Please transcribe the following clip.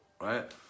right